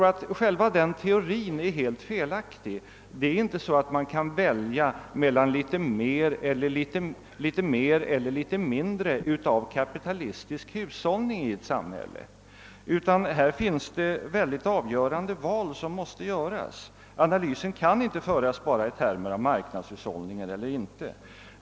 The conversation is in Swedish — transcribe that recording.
Den teorin tror jag är helt felaktig, ty man kan inte välja mellan litet mer eller litet mindre av kapitalistisk hushållning i samhället. Man måste träffa mycket avgörande val. Analysen kan inte göras bara i termen marknadshushållning.